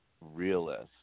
realist